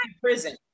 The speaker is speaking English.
prison